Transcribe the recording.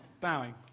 Bowing